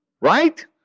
Right